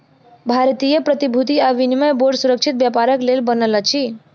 भारतीय प्रतिभूति आ विनिमय बोर्ड सुरक्षित व्यापारक लेल बनल अछि